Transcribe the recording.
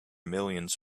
millions